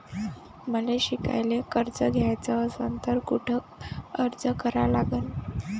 मले शिकायले कर्ज घ्याच असन तर कुठ अर्ज करा लागन?